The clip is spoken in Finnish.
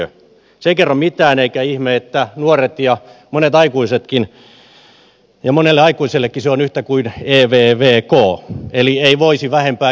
se ei kerro mitään eikä ihme että nuorille ja monelle aikuisellekin se on yhtä kuin evvk eli ei voisi vähempää kiinnostaa